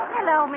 Hello